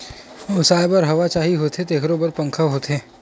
ओसाए बर हवा चाही होथे तेखरो बर पंखा होथे